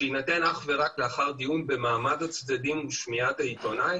שיינתן אך ורק לאחר דיון במעמד הצדדים ושמיעת העיתונאי,